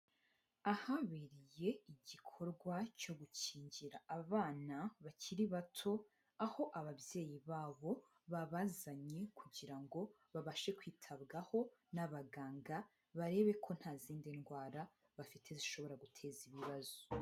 Ahabereye igikorwa cyo gukingira abana bakiri bato, aho ababyeyi babo babazanye kugira ngo babashe kwitabwaho n'abaganga barebe ko nta zindi ndwara bafite zishobora guteza ibibazo.